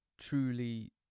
truly